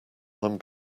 them